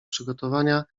przygotowania